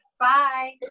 Bye